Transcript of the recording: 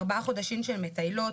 ארבעה חודשים שהם מטיילות,